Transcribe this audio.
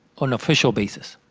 an official basis.